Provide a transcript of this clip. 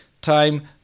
time